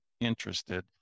interested